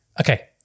okay